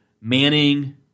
Manning